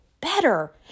better